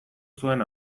zuen